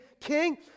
king